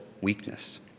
weakness